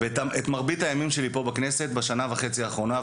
את מרבית הימים שלי בכנסת בשנה וחצי האחרונות,